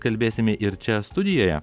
kalbėsime ir čia studijoje